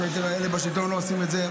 כשאלה בשלטון אז לא עושים את זה.